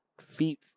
feet